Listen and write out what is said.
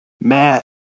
Matt